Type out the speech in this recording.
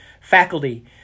faculty